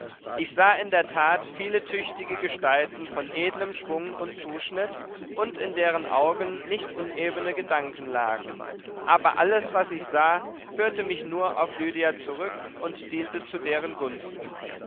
ich sah in der tat viele tüchtige gestalten von edlem schwung und zuschnitt und in deren augen nicht unebene gedanken lagen aber alles was ich sah führte mich nur auf lydia zurück und diente zu deren gunsten